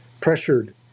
pressured